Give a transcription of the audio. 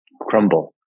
crumble